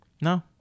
No